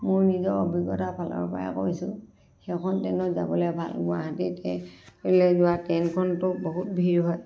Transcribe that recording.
মোৰ নিজৰ অভিজ্ঞতাৰ ফালৰ পৰাহে কৈছোঁ সেইখন ট্ৰেইনত যাবলৈ ভাল গুৱাহাটীলৈ যোৱা ট্ৰেইনখনতো বহুত ভিৰ হয়